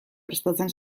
prestatzen